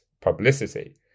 publicity